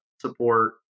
support